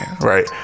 right